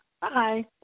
Bye